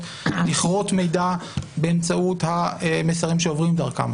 לכרות מידע באמצעות המסרים שעוברים דרכן?